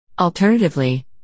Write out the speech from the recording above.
Alternatively